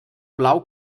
blau